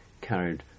carried